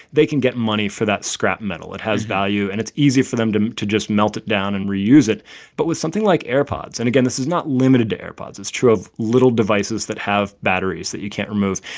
they can get money for that scrap metal. it has value, and it's easy for them to to just melt it down and reuse it but with something like airpods and again, this is not limited to airpods. it's true of little devices that have batteries that you can't remove.